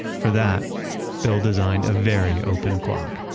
for that bill designed a very open clock.